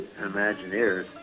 Imagineers